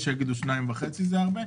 יש שיגידו 2.5 מיליון זה הרבה.